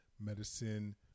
medicine